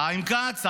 חיים כץ,